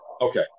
okay